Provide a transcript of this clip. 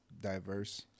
diverse